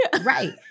Right